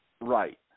Right